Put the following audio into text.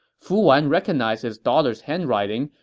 fu wan recognized his daughter's handwriting,